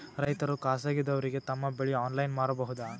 ರೈತರು ಖಾಸಗಿದವರಗೆ ತಮ್ಮ ಬೆಳಿ ಆನ್ಲೈನ್ ಮಾರಬಹುದು?